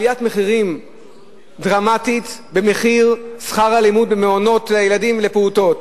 עלייה דרמטית בשכר הלימוד במעונות לילדים ולפעוטות.